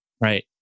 Right